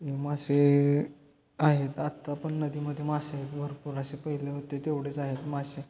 हे मासे आहेत आत्ता पण नदीमध्ये मासे आहेत भरपूर असे पहिले होते तेवढेच आहेत मासे